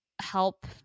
help